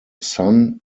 son